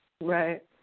Right